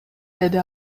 деди